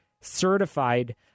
certified